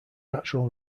natural